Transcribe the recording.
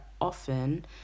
often